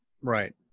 right